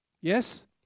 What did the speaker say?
Yes